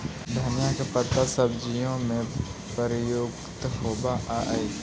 धनिया का पत्ता सब्जियों में प्रयुक्त होवअ हई